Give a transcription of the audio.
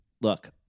look